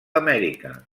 amèrica